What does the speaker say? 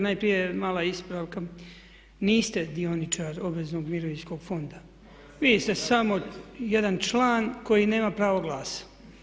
Najprije mala ispravka, niste dioničar obveznog mirovinskog fonda, vi ste samo jedan član koji nema pravo glasa.